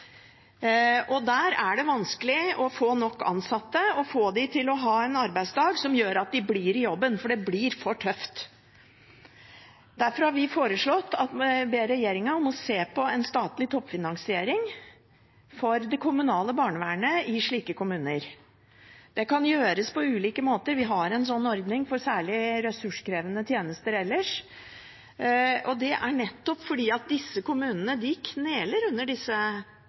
har. Der er det vanskelig å få nok ansatte, så vi må få til at de får en arbeidsdag som gjør at de blir i jobben, for det blir for tøft. Derfor har vi et forslag hvor vi ber regjeringen om å se på en statlig toppfinansiering for det kommunale barnevernet i slike kommuner. Det kan gjøres på ulike måter. Vi har en slik ordning for særlig ressurskrevende tjenester ellers. Det er nettopp fordi disse kommunene kneler under disse